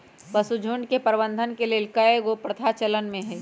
पशुझुण्ड के प्रबंधन के लेल कएगो प्रथा चलन में हइ